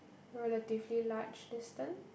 relatively large distance